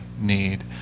need